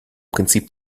prinzip